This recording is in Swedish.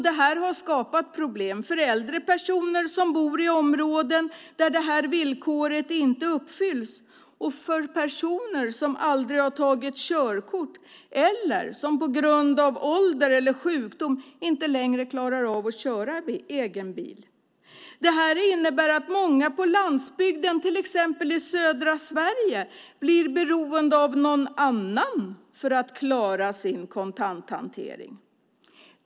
Detta har skapat problem för äldre personer som bor i områden där detta villkor inte uppfylls och för personer som aldrig har tagit körkort eller som på grund av ålder eller sjukdom inte längre klarar av att köra bil. Det innebär att många på landsbygden, till exempel i södra Sverige, blir beroende av någon annan för att klara sin kontanthantering.